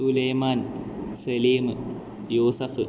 Sulaiman Salim Yusuf